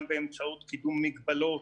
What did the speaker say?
גם באמצעות קידום מגבלות